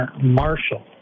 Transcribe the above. Marshall